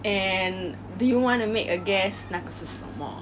and do you want to make a guess 那个是什么